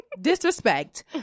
Disrespect